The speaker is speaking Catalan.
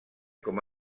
com